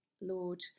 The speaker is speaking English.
Lord